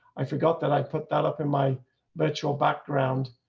i forgot that i put that up in my virtual background